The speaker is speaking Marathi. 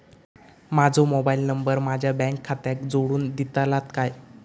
माजो मोबाईल नंबर माझ्या बँक खात्याक जोडून दितल्यात काय?